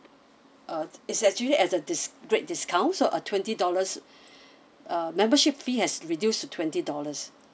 uh is actually at a dis~ great discount or a twenty dollars uh membership fee has reduced to twenty dollars